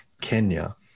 Kenya